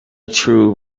true